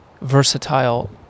versatile